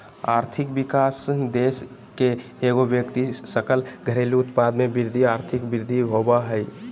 आर्थिक विकास देश के एगो व्यक्ति सकल घरेलू उत्पाद में वृद्धि आर्थिक वृद्धि होबो हइ